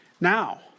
Now